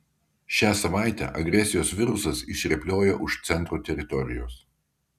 šią savaitę agresijos virusas išrėpliojo už centro teritorijos